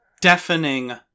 deafening